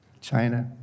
China